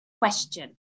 question